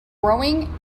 growing